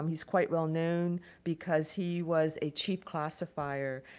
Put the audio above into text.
um he's quite well known because he was a chief classifier.